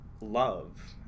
love